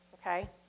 okay